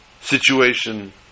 situation